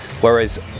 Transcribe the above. whereas